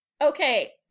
Okay